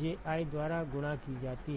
Ji द्वारा गुणा की जाती है